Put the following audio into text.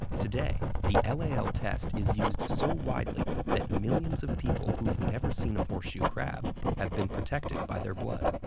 today, the lal test is used so widely that millions of people who've never seen a horseshoe crab have been protected by their blood.